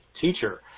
teacher